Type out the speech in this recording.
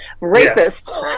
rapist